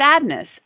sadness